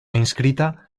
inscrita